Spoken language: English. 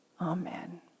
Amen